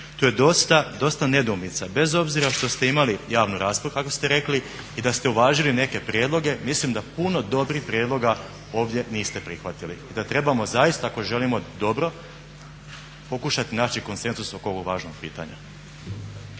tu je dosta nedoumica, bez obzira što ste imali javnu raspravu kako ste rekli i da ste uvažili neke prijedloge mislim da puno dobrih prijedloga ovdje niste prihvatili i da trebamo zaista ako želimo dobro pokušati naći konsenzus oko ovog važnog pitanja.